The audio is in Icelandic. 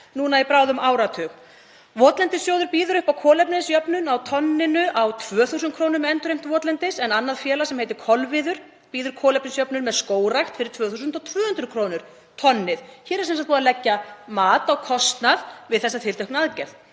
núna í bráðum áratug. Votlendissjóður býður upp á kolefnisjöfnun á tonninu á 2.000 kr. með endurheimt votlendis en annað félag sem heitir Kolviður býður kolefnisjöfnun með skógrækt fyrir 2.200 kr. tonnið. Hér er sem sagt búið að leggja mat á kostnað við þessa tilteknu aðgerð.